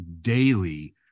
daily